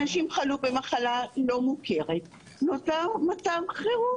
אנשים חלו במחלה לא מוכרת ונוצר מצב חירום.